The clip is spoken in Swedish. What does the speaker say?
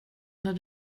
när